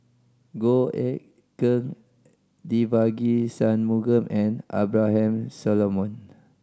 Goh Eck Kheng Devagi Sanmugam and Abraham Solomon